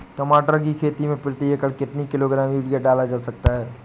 टमाटर की खेती में प्रति एकड़ कितनी किलो ग्राम यूरिया डाला जा सकता है?